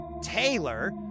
Taylor